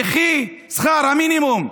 יחי שכר המינימום.